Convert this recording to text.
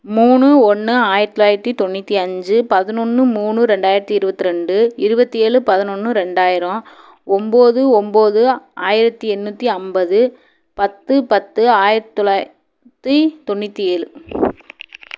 மூணு ஒன்று ஆயிரத்தி தொள்ளாயிரத்தி தொண்ணூற்றி அஞ்சு பதினொன்று மூணு ரெண்டாயிரத்தி இருபத்தி ரெண்டு இருபத்தி ஏழு பதினொன்று ரெண்டாயிரம் ஒம்பது ஒம்பது ஆயிரத்தி எந்நூற்றி அம்பது பத்து பத்து ஆயிரத்தி தொள்ளாயிர தி தொண்ணூற்றி ஏழு